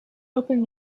opened